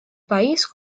país